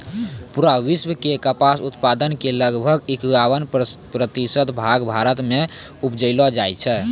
पूरा विश्व के कपास उत्पादन के लगभग इक्यावन प्रतिशत भाग भारत मॅ उपजैलो जाय छै